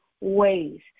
ways